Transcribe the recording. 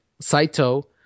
Saito